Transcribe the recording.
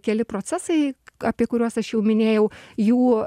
keli procesai apie kuriuos aš jau minėjau jų